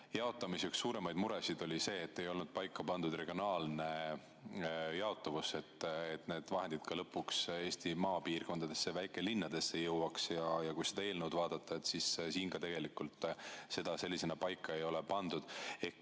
oli üks suuremaid muresid see, et ei olnud paika pandud regionaalset jaotuvust, et need vahendid lõpuks ka Eesti maapiirkondadesse ja väikelinnadesse jõuaksid. Kui seda eelnõu vaadata, siis siin ka seda sellisena paika ei ole pandud.